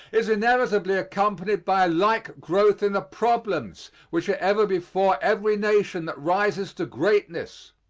is inevitably accompanied by a like growth in the problems which are ever before every nation that rises to greatness.